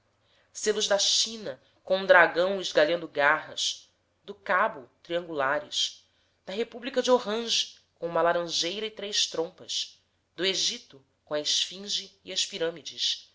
selos da china com um dragão espalhando garras do cabo triangulares da república de orange com uma laranjeira e três trompas do egito com a esfinge e as pirâmides